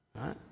right